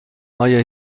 آیا